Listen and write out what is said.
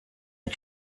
are